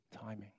timing